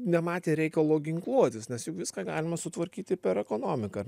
nematė reikalo ginkluotis nes juk viską galima sutvarkyti per ekonomiką ar